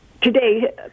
today